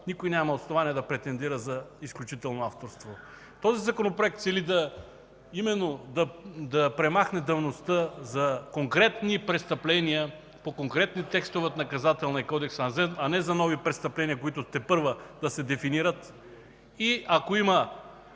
никой няма основание да претендира за изключително авторство. Този Законопроект цели именно да премахне давността за конкретни престъпления по конкретни текстове от Наказателния кодекс, а не за нови престъпления, които тепърва ще се дефинират и ако има